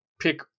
pick